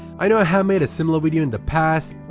i know i have made a similar video in the past but